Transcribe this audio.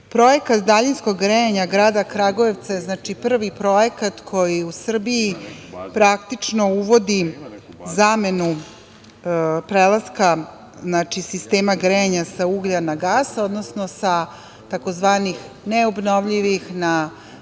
dece. Projekat daljinskog grejanja grada Kragujevca je prvi projekat koji u Srbiji praktično uvodi zamenu prelaska sistema grejanja sa uglja na gas, odnosno sa tzv. neobnovljivih na